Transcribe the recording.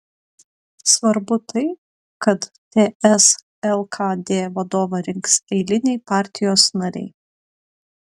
svarbu tai kad ts lkd vadovą rinks eiliniai partijos nariai